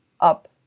up